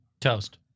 Toast